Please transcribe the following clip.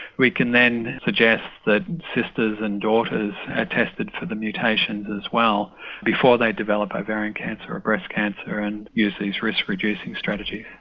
we can then suggest that sisters and daughters are ah tested for the mutation as well before they develop ovarian cancer or breast cancer and use these risk reducing strategies.